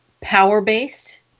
power-based